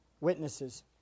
witnesses